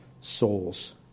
souls